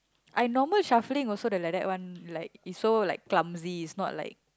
I normal shuffling also the like that one like is so like clumsy is not like